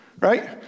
right